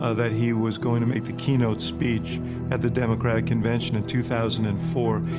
ah that he was going to make the keynote speech at the democratic convention in two thousand and four.